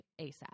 ASAP